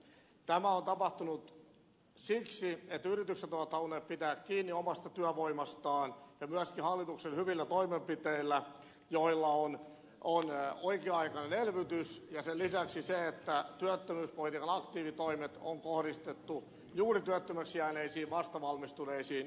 tämä on tapahtunut siksi että yritykset ovat halunneet pitää kiinni omasta työvoimastaan ja myöskin hallituksen hyvillä toimenpiteillä jotka ovat oikea aikainen elvytys ja sen lisäksi se että työttömyyspolitiikan aktiivitoimet on kohdistettu juuri työttömiksi jääneisiin vastavalmistuneisiin ja nuoriin